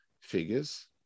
figures